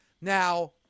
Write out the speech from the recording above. Now